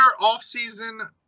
offseason